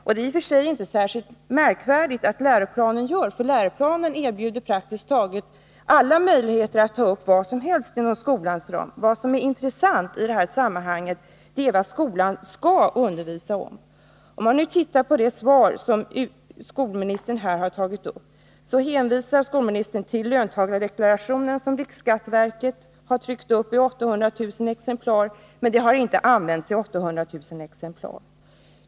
Det är i och för sig inte särskilt märkvärdigt att läroplanen gör det, eftersom läroplanen erbjuder praktiskt taget alla möjligheter att ta upp vad som helst inom skolans ram. Vad som är intressant i det här sammanhanget är vad skolan skall undervisa om. I sitt svar här hänvisar skolministern till det skolmaterial som avser de löntagardeklarationer som riksskatteverket har tryckt upp i över 800 000 exemplar. Men alla exemplaren har inte använts.